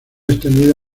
extendida